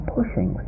pushing